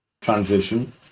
transition